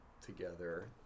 together